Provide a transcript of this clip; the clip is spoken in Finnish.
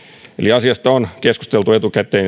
asiasta on keskusteltu etukäteen